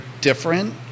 different